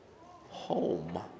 home